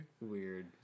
Weird